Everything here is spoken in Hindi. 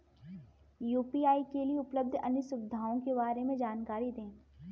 यू.पी.आई के लिए उपलब्ध अन्य सुविधाओं के बारे में जानकारी दें?